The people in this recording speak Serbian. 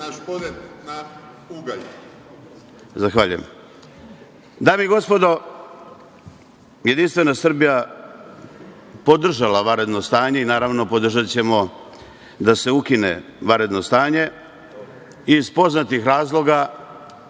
na šporetu na ugalj.)Zahvaljujem. Dame i gospodo, Jedinstvena Srbija podržala je vanredno stanje i, naravno, podržaćemo da se ukine vanredno stanje, iz poznatih razloga,